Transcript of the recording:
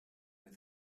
with